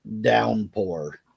downpour